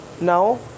now